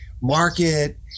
market